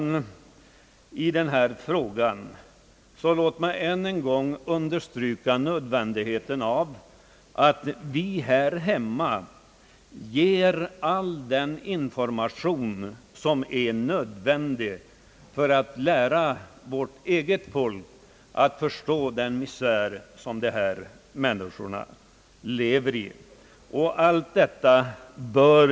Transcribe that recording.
Låt mig i denna fråga ännu en gång understryka nödvändigheten av att vi här hemma ger all den information, som är nödvändig för att lära vårt eget folk att förstå den misär, som de människor det här gäller lever i.